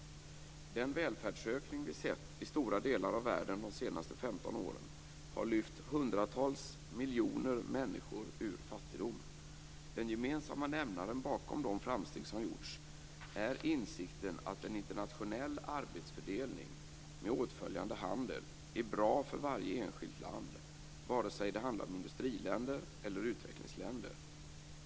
Den välfärdsökning vi sett i stora delar av världen de senaste 15 åren har lyft hundratals miljoner människor ur fattigdom. Den gemensamma nämnaren bakom de framsteg som gjorts är insikten att en internationell arbetsfördelning med åtföljande handel är bra för varje enskilt land vare sig det handlar om industriländer eller utvecklingsländer.